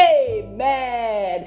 amen